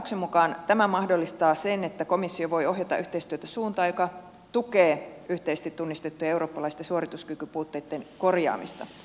katsauksen mukaan tämä mahdollistaa sen että komissio voi ohjata yhteistyötä suuntaan joka tukee yhteisesti tunnistettujen eurooppalaisten suorituskykypuutteitten korjaamista